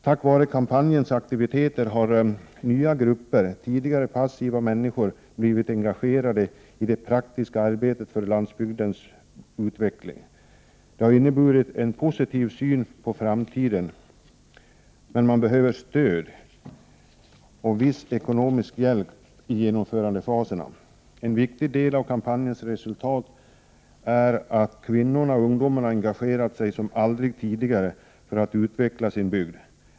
Tack vare kampanjens aktiviteter har nya grupper — tidigare passiva människor — blivit engagerade i det praktiska arbetet för landsbygdens utveckling. Det har inneburit en positiv syn på framtiden, men man behöver stöd och viss ekonomisk hjälp i genomförandefaserna. En viktig del av kampanjens resultat är att kvinnorna och ungdomen engagerat sig som aldrig tidigare för att utveckla sin bygd.